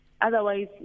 otherwise